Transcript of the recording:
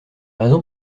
raison